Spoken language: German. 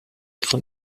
von